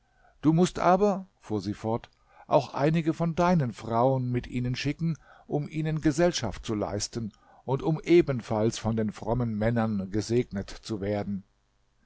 du mußt aber fuhr sie fort auch einige von deinen frauen mit ihnen schicken um ihnen gesellschaft zu leisten und um ebenfalls von den frommen männern gesegnet zu werden